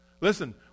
Listen